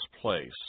place